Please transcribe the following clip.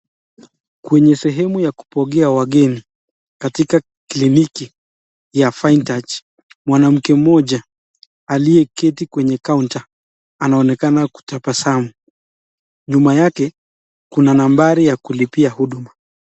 Kwenye sehemu ya kupokea wageni katika kliniki ya Fine Touch, mwanamke mmoja aliyeketi kwenye counter anaonekana kutabasamu. Nyuma yake kuna nambari ya kulipia huduma.